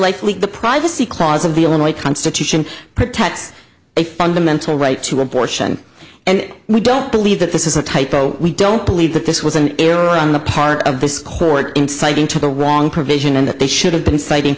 likely the privacy clause of the illinois constitution protects a fundamental right to abortion and we don't believe that this is a typo we don't believe that this was an error on the part of this court insight into the wrong provision and that they should have been fighting